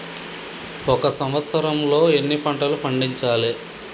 ఒక సంవత్సరంలో ఎన్ని పంటలు పండించాలే?